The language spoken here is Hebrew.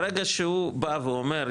ברגע שהוא בא ואומר,